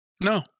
No